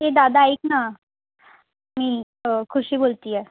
ए दादा ऐक ना मी खुशी बोलते आहे